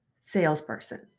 salesperson